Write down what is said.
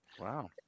Wow